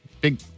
Big